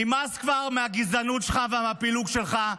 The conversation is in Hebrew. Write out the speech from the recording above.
נמאס כבר מהגזענות שלך ומהפילוג שלך.